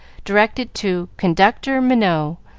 directed to conductor minot,